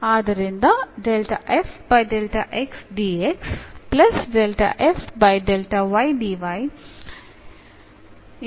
ಆದ್ದರಿಂದ